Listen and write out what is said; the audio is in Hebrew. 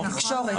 זה תקשורת.